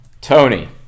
Tony